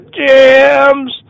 jams